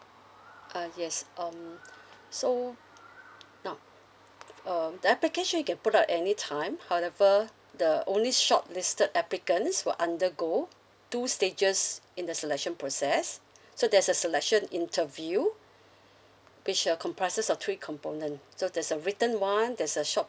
uh yes um so now um the application you can put out at any time however the only shortlisted applicants will undergo two stages in the selection process so there's a selection interview which uh comprises of three component so there's a written [one] there's a short